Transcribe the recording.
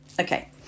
okay